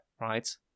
right